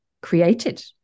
created